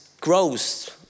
grows